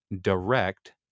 direct